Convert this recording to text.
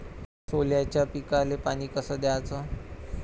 सोल्याच्या पिकाले पानी कस द्याचं?